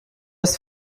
ist